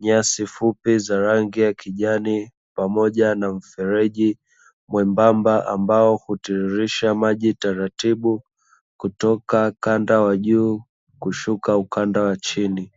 nyasi fupi za rangi ya kijani, pamoja na mfereji mwembamba, ambao hutiririsha maji taratibu kutoka ukanda wa juu, kushuka ukanda wa chini.